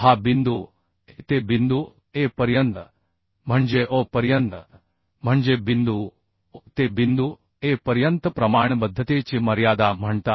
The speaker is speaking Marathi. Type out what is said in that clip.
हा बिंदू A ते बिंदू A पर्यंत म्हणजे O पर्यंत म्हणजे बिंदू O ते बिंदू A पर्यंत प्रमाणबद्धतेची मर्यादा म्हणतात